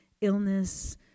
illness